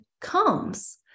comes